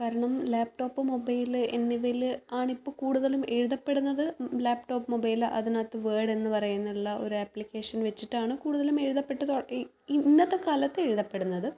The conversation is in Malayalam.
കാരണം ലാപ്പ്ടോപ്പ് മൊബൈല് എന്നിവയിൽ ആണിപ്പം കൂടുതലും എഴുതപ്പെടുന്നത് ലാപ്പ്ടോപ്പ് മൊബൈൽ അതിനകത്ത് വേർഡ് എന്ന് പറയുന്നുള്ള ഒരു ആപ്ലിക്കേഷൻ വെച്ചിട്ടാണ് കൂടുതലും എഴുതപ്പെട്ട് ഇന്നത്തെ കാലത്ത് എഴുതപ്പെടുന്നത്